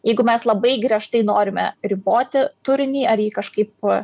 jeigu mes labai griežtai norime riboti turinį ar jį kažkaip